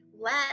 let